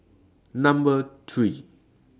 Number three